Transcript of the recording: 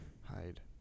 hide